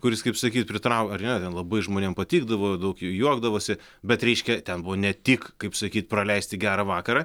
kuris kaip sakyt pritrau ar ne labai žmonėm patikdavo daug jų juokdavosi bet reiškia ten buvo ne tik kaip sakyt praleisti gerą vakarą